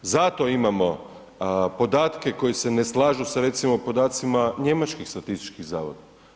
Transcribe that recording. Zato imamo podatke koji se ne slažu sa recimo podacima njemačkih statističkih zavoda.